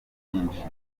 byinshi